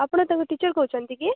ଆପଣ ତାଙ୍କ ଟିଚର୍ କହୁଛନ୍ତି କି